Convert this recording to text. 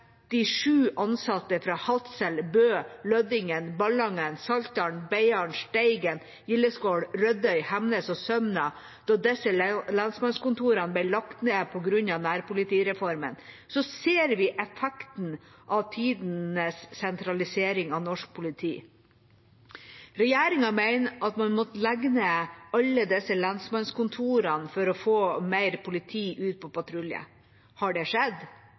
ansatte fra Hadsel, Bø, Lødingen, Ballangen, Saltdal og Beiarn, Steigen, Gildeskål, Rødøy, Hemnes og Sømna da disse lensmannskontorene ble lagt ned på grunn av nærpolitireformen, ser vi effekten av tidenes sentralisering av norsk politi. Regjeringa mener at man måtte legge ned alle disse lensmannskontorene for å få mer politi ut på patrulje. Har det skjedd?